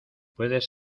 podes